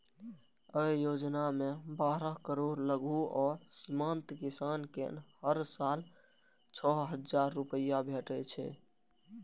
अय योजना मे बारह करोड़ लघु आ सीमांत किसान कें हर साल छह हजार रुपैया भेटै छै